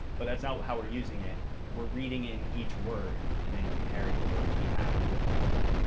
but that's not how we're using it we're reading in each word and then comparing the word we have with that word.